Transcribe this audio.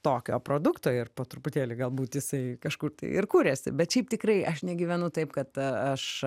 tokio produkto ir po truputėlį galbūt jisai kažkur tai ir kuriasi bet šiaip tikrai aš negyvenu taip kad aš